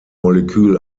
molekül